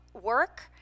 work